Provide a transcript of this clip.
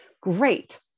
great